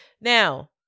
Now